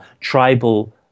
tribal